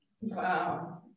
Wow